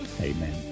Amen